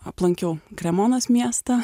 aplankiau kremonos miestą